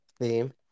theme